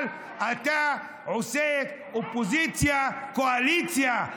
אבל אתה עושה אופוזיציה קואליציה,